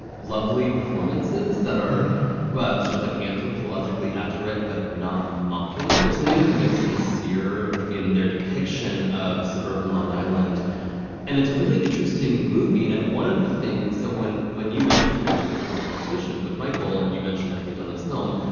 lovely performances that are sort of like anthropologically accurate, but not mocking, there's something kind of sincere in their depiction of suburban long island and it's a really interesting movie. and one of the things that so when when you mentioned to me you were going to have this conversation with michael and you mentioned that he had done this film,